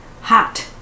hot